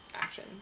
action